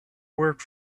work